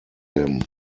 him